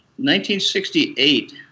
1968